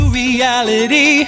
reality